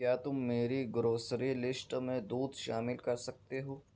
کیا تم میری گروسری لیسٹ میں دودھ شامل کر سکتے ہو